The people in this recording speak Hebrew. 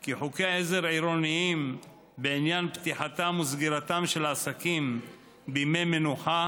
כי חוקי עזר עירוניים בעניין פתיחתם וסגירתם של עסקים בימי מנוחה